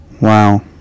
Wow